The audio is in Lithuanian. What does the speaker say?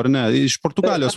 ar ne iš portugalijos